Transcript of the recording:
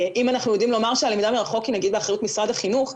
אם אנחנו יודעים לומר שהלמידה מרחוק היא נגיד באחריות משרד החינוך,